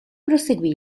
proseguì